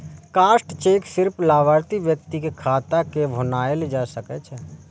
crossed cheque सिर्फ लाभार्थी व्यक्ति के खाता मे भुनाएल जा सकै छै